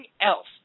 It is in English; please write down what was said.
else